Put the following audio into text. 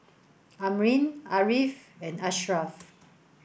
Amrin Ariff and Ashraf